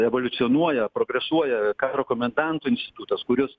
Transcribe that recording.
evoliucionuoja progresuoja karo komendanto institutas kuris